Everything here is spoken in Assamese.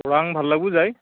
ওৰাং ভাল লাগিব যাই